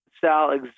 Sal